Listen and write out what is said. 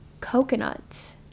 coconuts